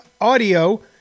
audio